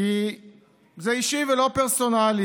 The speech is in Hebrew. כי זה אישי ולא פרסונלי.